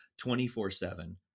24-7